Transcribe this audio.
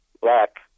black